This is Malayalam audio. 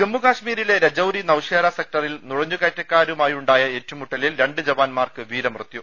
ജമ്മു ക ശ് മീരിലെ രജൌരി നൌഷേര സെക്ടറിൽ നുഴഞ്ഞുകയറ്റക്കാരുമായുണ്ടായ ഏറ്റുമുട്ടലിൽ രണ്ട് ജവാന്മാർക്ക് വീരമൃത്യു